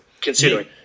considering